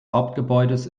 hauptgebäudes